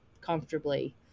comfortably